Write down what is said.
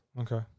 Okay